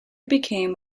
became